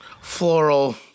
floral